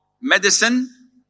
medicine